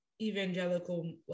evangelical